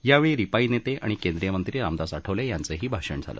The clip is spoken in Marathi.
यावेळी रिपाई नेते आणि केंद्रीय मंत्री रामदास आठवले यांचंही भाषण झालं